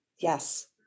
Yes